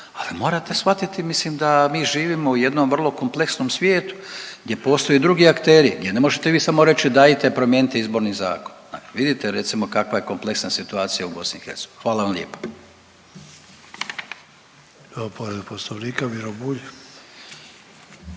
ali morate shvatiti mislim da mi živimo u jednom vrlo kompleksnom svijetu gdje postoje drugi akteri, gdje ne možete vi samo reći dajte promijenite Izborni zakon, dakle vidite recimo kakva je kompleksna situacija u BiH, hvala vam lijepo. **Sanader, Ante